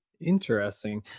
Interesting